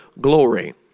glory